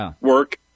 work